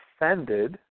offended